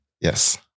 Yes